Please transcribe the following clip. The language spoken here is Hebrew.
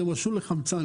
זה משול לחמצן.